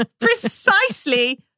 Precisely